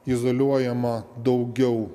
izoliuojama daugiau